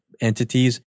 entities